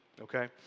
okay